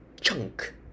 chunk